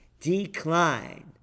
decline